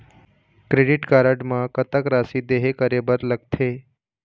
Credit card म कतक राशि देहे करे बर लगथे?